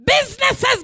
Businesses